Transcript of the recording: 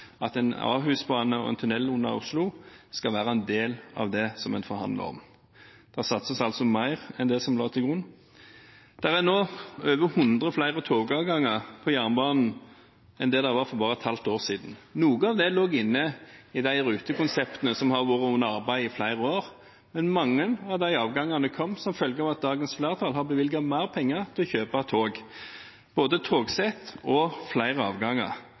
at en Ahusbane og en tunnel under Oslo skal være en del av det som en forhandler om. Det satses altså mer enn det som lå til grunn. Det er nå over hundre flere togavganger på jernbanen enn det det var for bare et halvt år siden. Noen av dem lå inne i de rutekonseptene som har vært under arbeid i flere år, men mange av de avgangene kom som følge av at dagens flertall har bevilget mer penger til å kjøpe tog, både togsett og flere avganger.